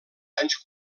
anys